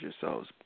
yourselves